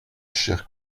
chers